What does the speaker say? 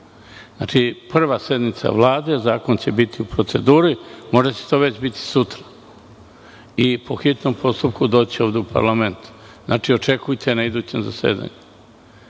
Znači, prva sednica Vlade, zakon će biti u proceduri, možda će to već biti sutra i po hitnom postupku doći ovde u parlament. Znači, očekujte to na idućem zasedanju.